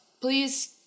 Please